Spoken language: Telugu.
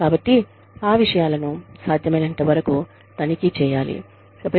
కాబట్టి ఆ విషయాలను సాధ్యమైనంతవరకు తనిఖీ చేయాలి